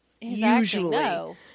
usually